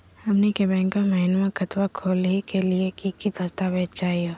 हमनी के बैंको महिना खतवा खोलही के लिए कि कि दस्तावेज चाहीयो?